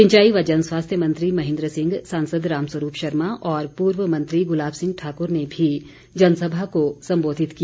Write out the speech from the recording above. सिंचाई व जन स्वास्थ्य मंत्री महेन्द्र सिंह सांसद राम स्वरूप शर्मा और पूर्व मंत्री गुलाब सिंह ठाकुर ने भी जनसभा को संबोधित किया